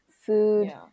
food